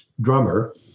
drummer